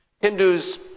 Hindus